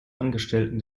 angestellten